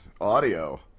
audio